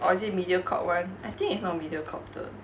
or is it mediacorp [one] I think it's not mediacorp 的